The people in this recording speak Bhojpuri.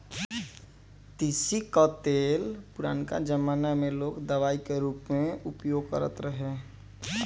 तीसी कअ तेल पुरनका जमाना में लोग दवाई के रूप में उपयोग करत रहे